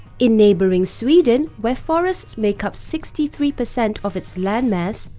in neighbouring sweden, where forests make up sixty three percent of its land mass,